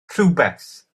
rhywbeth